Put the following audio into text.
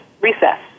recess